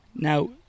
now